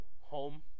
home